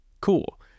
cool